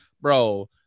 bro